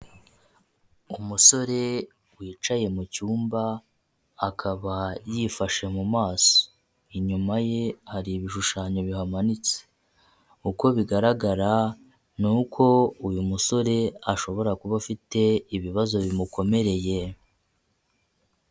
Umusore wicaye mu cyumba akaba yifashe mu maso, inyuma ye hari ibishushanyo bihamanitse, uko bigaragara ni uko uyu musore ashobora kuba afite ibibazo bimukomereye.